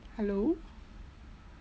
hello